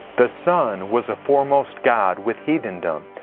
the sun was a foremost god with heathendom.